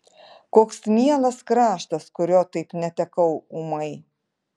koks mielas kraštas kurio taip netekau ūmai